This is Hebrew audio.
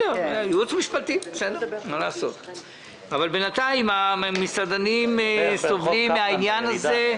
אבל בינתיים המסעדנים סובלים מן העניין הזה.